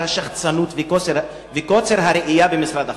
השחצנות וקוצר הראייה במשרד החוץ,